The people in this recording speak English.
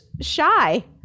shy